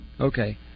Okay